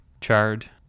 chard